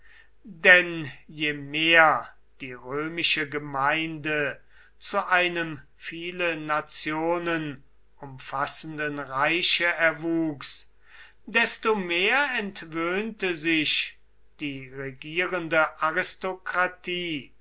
denn je mehr die römische gemeinde zu einem viele nationen umfassenden reiche erwuchs desto mehr entwöhnte sich die regierende aristokratie